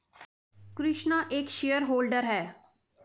कृष्णा एक shareholder है